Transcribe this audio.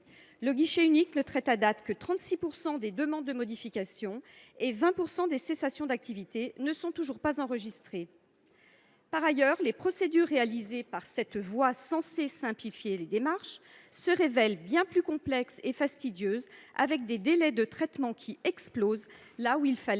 Le guichet unique ne traite actuellement que 36 % des demandes de modification et 20 % des cessations d’activité ne sont toujours pas enregistrées. Par ailleurs, les procédures effectuées par cette voie censée simplifier les démarches se révèlent bien plus complexes et fastidieuses, avec des délais de traitement qui explosent, là où il fallait